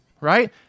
Right